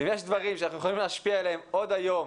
ואם יש דברים שאנחנו יכולים להשפיע עליהם עוד היום,